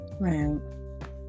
Right